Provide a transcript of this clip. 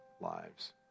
lives